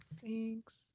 Thanks